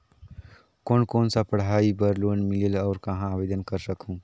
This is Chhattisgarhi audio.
कोन कोन सा पढ़ाई बर लोन मिलेल और कहाँ आवेदन कर सकहुं?